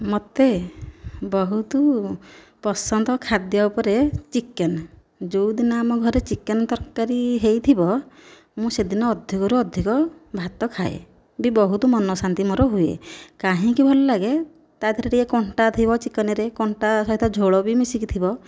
ମୋତେ ବହୁତ ପସନ୍ଦ ଖାଦ୍ୟ ଉପରେ ଚିକେନ ଯେଉଁ ଦିନ ଆମ ଘରେ ଚିକେନ ତରକାରି ହୋଇଥିବ ମୁଁ ସେଦିନ ଅଧିକରୁ ଅଧିକ ଭାତ ଖାଏ ବି ବହୁତ ମନ ଶାନ୍ତି ମୋର ହୁଏ କାହିଁକି ଭଲ ଲାଗେ ତା ଦେହରେ ଟିକେ କଣ୍ଟା ଥିବ ଚିକନରେ କଣ୍ଟା ସହିତ ଝୋଳ ବି ମିଶିକି ଥିବ